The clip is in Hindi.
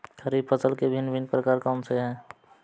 खरीब फसल के भिन भिन प्रकार कौन से हैं?